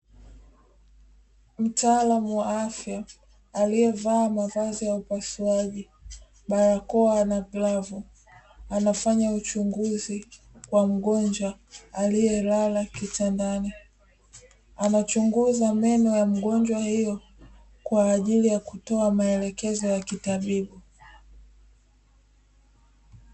Mtaalamu wa afya aliyevaa mavazi ya upasuaji ; barakoa na glavu anafanya uchunguzi wa mgonjwa aliyelala kitandani. Anachunguza meno ya mgonjwa huyo kwa ajili ya kutoa maelekezo ya kitabibu.